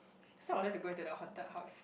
that's why I wanted to go into the haunted house